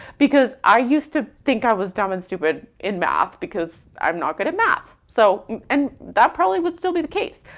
because i used to think i was dumb and stupid in math because i'm not good at math. so and that probably would still be the case.